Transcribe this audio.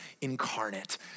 incarnate